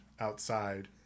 Outside